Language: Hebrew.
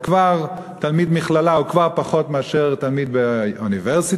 תלמיד מכללה הוא כבר פחות מאשר תלמיד באוניברסיטה.